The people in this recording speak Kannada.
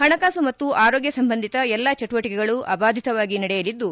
ಹಣಕಾಸು ಮತ್ತು ಆರೋಗ್ಯ ಸಂಬಂಧಿತ ಎಲ್ಲಾ ಚಟುವಟಕೆಗಳು ಅಭಾದಿತವಾಗಿ ನಡೆಯಲಿದ್ದು